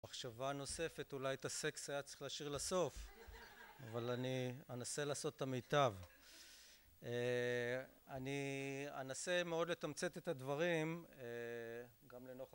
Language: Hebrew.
מחשבה נוספת אולי את הסקס היה צריך להשאיר לסוף אבל אני אנסה לעשות את המיטב אני אנסה מאוד לתמצת את הדברים, גם לנוכח